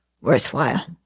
worthwhile